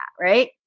Right